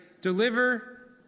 deliver